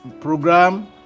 program